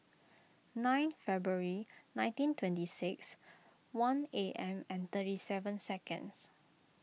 nine February nineteen twenty six one A M and thirty seven seconds